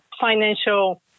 financial